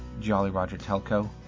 JollyRogerTelco